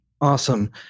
Awesome